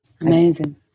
amazing